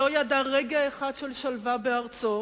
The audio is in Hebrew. שלא ידע רגע אחד של שלווה בארצו,